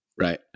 right